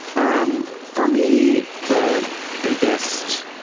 um for me, the biggest,